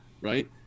right